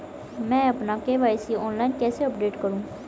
मैं अपना KYC online कैसे अपडेट करूँ?